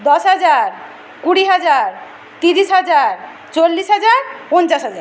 দশ হাজার কুড়ি হাজার তিরিশ হাজার চল্লিশ হাজার পঞ্চাশ হাজার